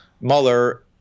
Mueller